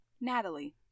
Natalie